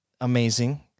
amazing